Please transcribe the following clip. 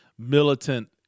Militant